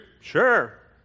Sure